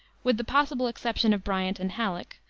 with the possible exception of bryant and halleck,